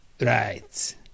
Right